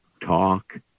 talk